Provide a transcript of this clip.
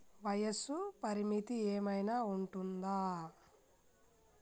వయస్సు పరిమితి ఏమైనా ఉంటుందా?